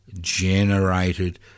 generated